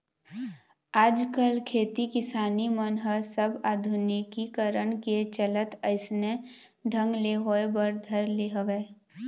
आजकल खेती किसानी मन ह सब आधुनिकीकरन के चलत अइसने ढंग ले होय बर धर ले हवय